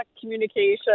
communication